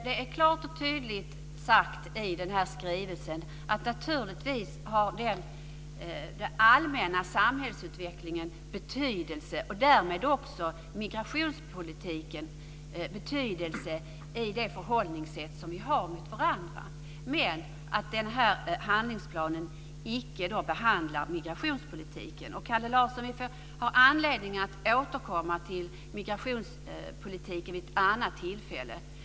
Det är klart och tydligt sagt i skrivelsen att den allmänna samhällsutvecklingen och därmed också migrationspolitiken naturligtvis har betydelse för det förhållningssätt vi har mot varandra. Men den här handlingsplanen behandlar icke migrationspolitiken. Vi har, Kalle Larsson, anledning att återkomma till migrationspolitiken vid ett annat tillfälle.